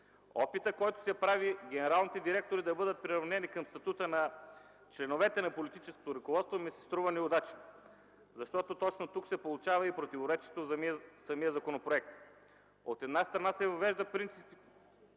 Опитът, който се прави, генералните директори да бъдат приравнени към статута на членовете на политическото ръководство, ми се струва неудачен, защото точно тук се получава и противоречието в самия законопроект. От една страна се въвеждат принципите